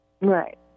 Right